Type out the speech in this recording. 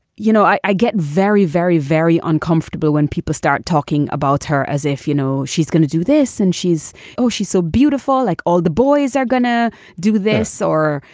you know, i get very, very, very uncomfortable when people start talking about her as if, you know, she's gonna do this. and she's oh, she's so beautiful. like all the boys are going to do this or,